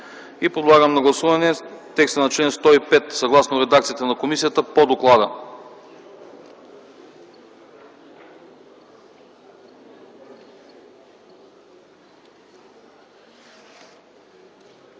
Подлагам на гласуване текста на чл. 111 съгласно редакцията на комисията по доклада.